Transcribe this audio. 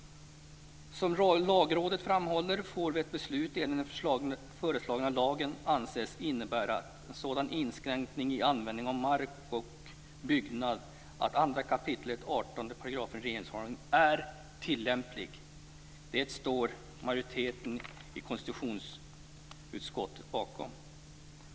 Som Lagrådet framhåller får ett beslut enligt den föreslagna lagen anses innebära en sådan inskränkning i användning av mark och byggnad att 2 kap. 18 § regeringsformen är tillämplig. Denna skrivning står majoriteten i konstitutionsutskottet bakom.